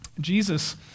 Jesus